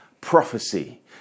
prophecy